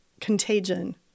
contagion